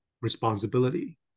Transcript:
responsibility